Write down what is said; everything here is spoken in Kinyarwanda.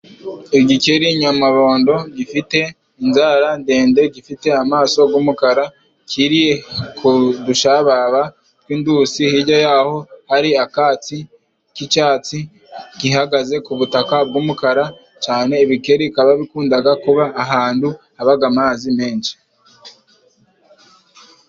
Igikeri nyamabondo gifite inzara ndende, gifite amaso gw'umukara, kiri ku dushaba tw'indusi, hijya yaho hari akatsi k'icyatsi, gihagaze ku butaka bw'umukara, cyane ibikeri bikaba bikundaga kuba ahantu habaga amazi menshi.